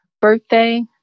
birthday